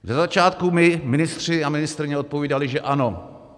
Ze začátku mi ministři a ministryně odpovídali, že ano.